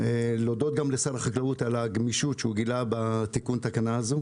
להודות גם לשר החקלאות על הגמישות שהוא גילה בתיקון התקנה הזאת.